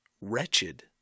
wretched